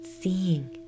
seeing